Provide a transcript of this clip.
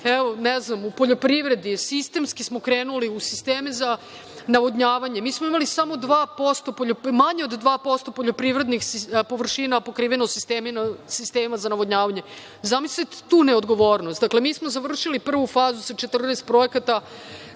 pričamo, u poljoprivredi sistemski smo krenuli u sisteme za navodnjavanje. Mi smo imali manje od 2% poljoprivrednih površina pokrivenost sistema za navodnjavanje. Zamislite tu neodgovornost. Dakle, mi smo završili prvu fazu sa 14 projekata